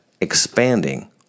expanding